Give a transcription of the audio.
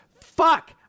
fuck